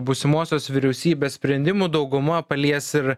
būsimosios vyriausybės sprendimų dauguma palies ir